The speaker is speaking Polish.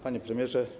Panie Premierze!